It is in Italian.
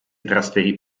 trasferì